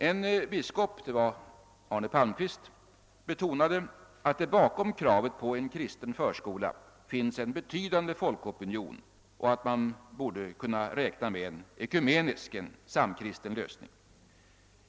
En biskop, Arne Palmqvist, betonade att det bakom kravet på en kristen förskola finns en betydande folkopinion och att man borde kunna räkna med en ekumenisk, en samkristen lösning.